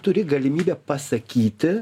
turi galimybę pasakyti